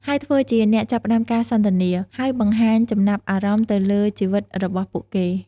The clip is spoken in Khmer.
ហើយ ធ្វើជាអ្នកចាប់ផ្តើមការសន្ទនា ហើយបង្ហាញចំណាប់អារម្មណ៍ទៅលើជីវិតរបស់ពួកគេ។